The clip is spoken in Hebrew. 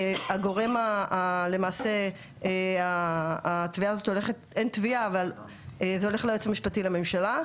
זה הולך ליועץ המשפטי לממשלה,